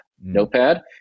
Notepad